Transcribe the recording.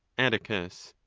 atticus.